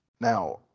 Now